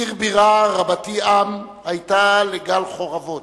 עיר בירה, רבתי-עם, היתה לגל חורבות.